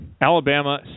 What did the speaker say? Alabama